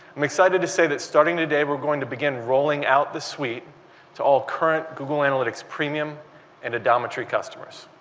i'm excite ed to say that starting today we're going to begin rolling out this suite to all current google analytics premium and adometry customers.